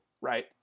Right